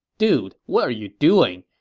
dude, what are you doing!